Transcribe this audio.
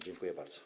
Dziękuję bardzo.